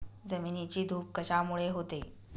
जमिनीची धूप कशामुळे होते?